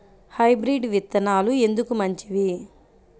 Hybrid విత్తనాలు ఎందుకు మంచివి?